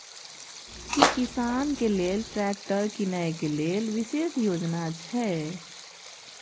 की किसान के लेल ट्रैक्टर कीनय के लेल विशेष योजना हय?